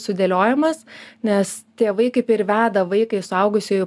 sudėliojamas nes tėvai kaip ir veda vaiką į suaugusiųjų